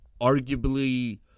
arguably